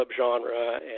subgenre